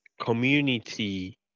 community